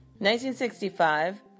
1965